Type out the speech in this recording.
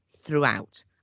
throughout